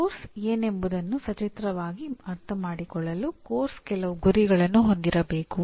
ಪಠ್ಯಕ್ರಮ ಏನೆಂಬುದನ್ನು ಸಚಿತ್ರವಾಗಿ ಅರ್ಥಮಾಡಿಕೊಳ್ಳಲು ಪಠ್ಯಕ್ರಮ ಕೆಲವು ಗುರಿಗಳನ್ನು ಹೊಂದಿರಬೇಕು